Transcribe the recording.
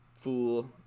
fool